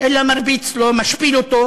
אלא מרביץ לו, משפיל אותו,